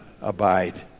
abide